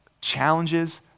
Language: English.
challenges